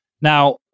Now